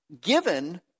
given